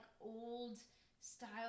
old-style